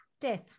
death